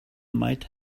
might